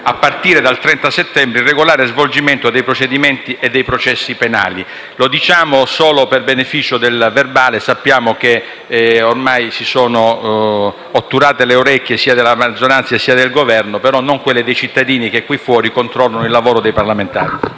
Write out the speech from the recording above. a partire dal 30 settembre, il regolare svolgimento dei procedimenti e dei processi penali. Lo diciamo solo a beneficio dei Resoconti, perché sappiamo che ormai si sono otturate le orecchie sia della maggioranza che del Governo, ma non quelle dei cittadini che qui fuori controllano il lavoro dei parlamentari.